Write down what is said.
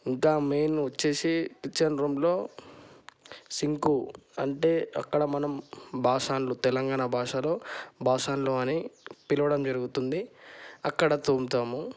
ఇంకా మెయిన్ వచ్చి కిచెన్ రూంలో సింకు అంటే అక్కడ మనం బాసన్లు తెలంగాణ భాషలోబాసన్లు అని పిలవడం జరుగుతుంది అక్కడ తోముతాము